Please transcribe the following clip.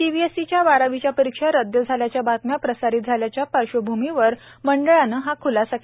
सीबीएसईच्या बारावीच्या परीक्षा रद्द झाल्याच्या बातम्या प्रसारित झाल्याच्या पार्श्वभूमीवर मंडळानं हा ख्लासा केला आहे